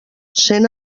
sent